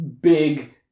big